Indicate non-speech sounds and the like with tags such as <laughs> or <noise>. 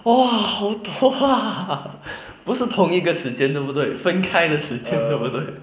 !wah! 好多 ah <laughs> 不是同一个时间对不对分开的时间对不对